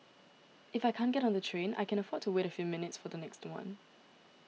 if I can't get on the train I can afford to wait a few minutes for the next one